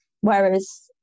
Whereas